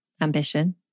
ambition